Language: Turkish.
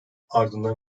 ardından